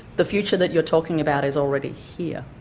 the future that you're talking about is already here.